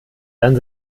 dann